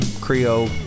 Creole